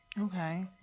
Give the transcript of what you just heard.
Okay